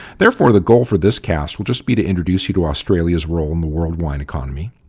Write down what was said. therefore, the goal for this cast will just be to introduce you to australia's role in the world wine economy,